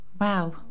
wow